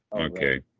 Okay